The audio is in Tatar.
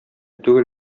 түгел